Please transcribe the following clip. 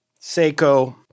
Seiko